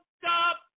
Stop